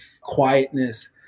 quietness